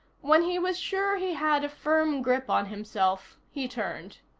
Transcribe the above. when he was sure he had a firm grip on himself he turned.